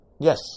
Yes